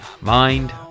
mind